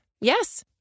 Yes